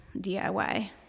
DIY